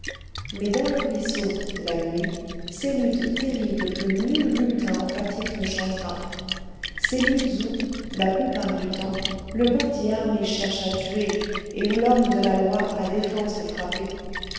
mais dans le ruisseau la nuit ces luttes terribles que nul bulletin emphatique ne chantera ces luttes où la plupart du temps le bandit armé cherche à tuer et où l'homme de la loi a défense de frapper